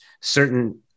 certain